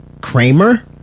kramer